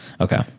Okay